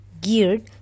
geared